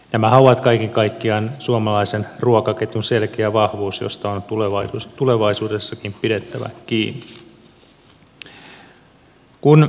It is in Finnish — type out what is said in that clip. nämähän ovat kaiken kaikkiaan suomalaisen ruokaketjun selkeä vahvuus josta on tulevaisuudessakin pidettävä kiinni